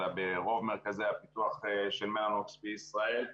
אלא ברוב מרכזי הפיתוח של מלאנוקס בישראל.